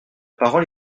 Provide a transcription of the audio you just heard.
parole